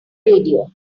radio